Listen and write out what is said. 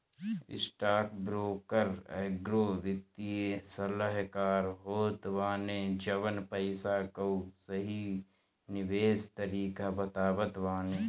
stockbroker एगो वित्तीय सलाहकार होत बाने जवन पईसा कअ सही निवेश तरीका बतावत बाने